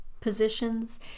positions